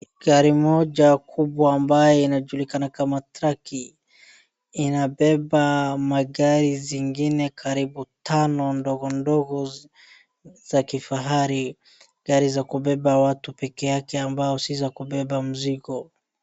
Gari moja kubwa ambaye inajulikana kama traki inabeba magari zingine karibu tano ndogo ndogo za kifahari, gari za kubeba watu peke yake ambao si za kubeba mzigo